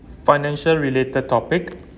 financial related topic